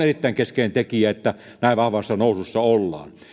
erittäin keskeinen tekijä että näin vahvassa nousussa ollaan